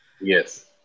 Yes